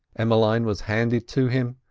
emmeline was handed to him,